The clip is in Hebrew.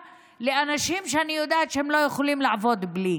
לאנשים שאני יודעת שלא יכולים לעבוד בלי